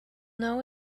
know